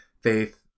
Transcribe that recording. faith